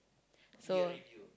so